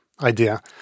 idea